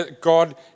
God